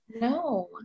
no